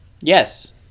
Yes